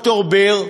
ד"ר בר,